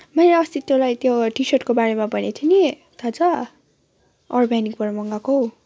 मैले अस्ति तलाई त्यो टी सर्टको बारेमा भनेको थिएँ नि थाहा छ अर्बेनिकबाट मगाको